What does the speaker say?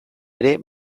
ere